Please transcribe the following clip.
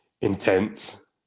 intense